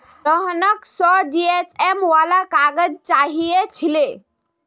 रोहनक सौ जीएसएम वाला काग़ज़ चाहिए छिले